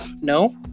No